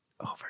over